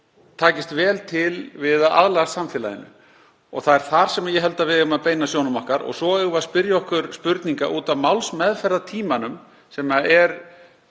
takist vel til við að aðlagast samfélaginu. Það er þangað sem ég held að við eigum að beina sjónum okkar. Svo eigum við að spyrja okkur spurninga út af málsmeðferðartímanum sem er